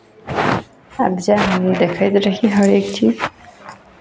आबि जाए हम देखैत रहै छी हरेक चीज